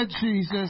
Jesus